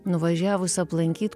nuvažiavus aplankyt